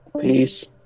Peace